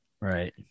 Right